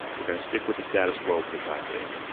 we're going to stick with the status quo for the time being,